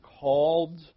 called